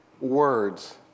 words